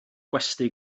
gwesty